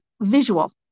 visual